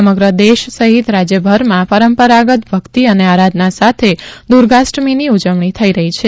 સમગ્ર દેશ સહિત રાજયભરમાં પરંપરાગત ભકિત અને આરાધના સાથે દુર્ગાષ્ટમીની ઉજવણી થઈ રહી છે